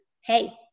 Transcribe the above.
hey